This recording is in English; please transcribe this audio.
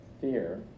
fear